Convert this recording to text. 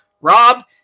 rob